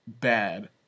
bad